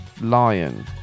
lion